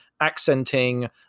accenting